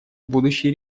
будущие